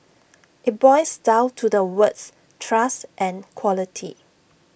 IT boils down to the words trust and quality